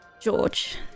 george